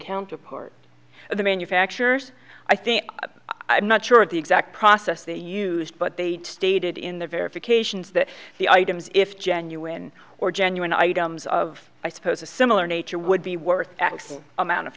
counterpart the manufactures i think i am not sure of the exact process they used but they stated in the verifications that the items if genuine or genuine items of i suppose a similar nature would be worth x amount of